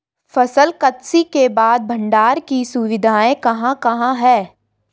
फसल कत्सी के बाद भंडारण की सुविधाएं कहाँ कहाँ हैं?